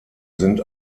sind